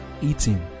eating